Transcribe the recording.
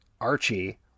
Archie